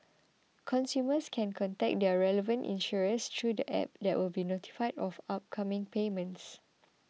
consumers can contact their relevant insurers through the app that will be notified of upcoming payments